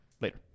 Later